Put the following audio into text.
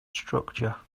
structure